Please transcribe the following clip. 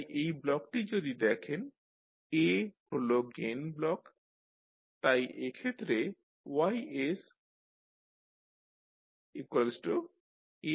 তাই এই ব্লকটি যদি দেখেন A হল গেইন ব্লক তাই এক্ষেত্রে YsAX